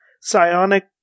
psionic